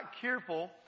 careful